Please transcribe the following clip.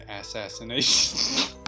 assassination